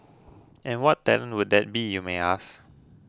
and what talent would that be you may ask